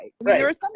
Right